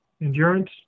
Endurance